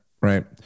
Right